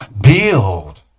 Build